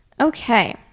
okay